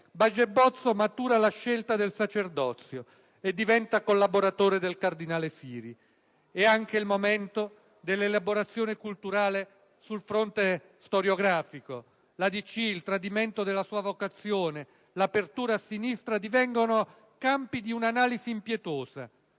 Baget Bozzo matura la scelta del sacerdozio e diventa collaboratore del cardinale Siri. È anche il momento dell'elaborazione culturale sul fronte storiografico: la Democrazia Cristiana, il tradimento della sua "vocazione", l'apertura a sinistra divengono campi di un'analisi impietosa.